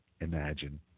imagine